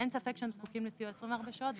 אין ספק שהם זקוקים לסיוע במשך 24 שעות.